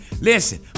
listen